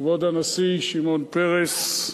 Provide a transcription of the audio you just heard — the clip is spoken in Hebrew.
כבוד הנשיא שמעון פרס,